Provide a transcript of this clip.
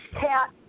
Cat